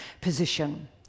position